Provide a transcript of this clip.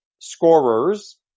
scorers